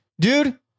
dude